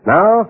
Now